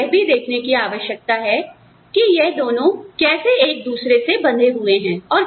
आपको यह भी देखने की आवश्यकता है कि यह दोनों कैसे एक दूसरे से बंधे हुए हैं